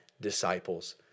disciples